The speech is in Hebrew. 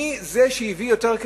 מי הביא יותר כסף.